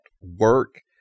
work